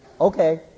Okay